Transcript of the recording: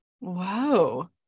Wow